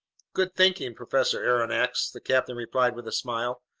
good thinking, professor aronnax, the captain replied with a smile.